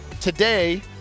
today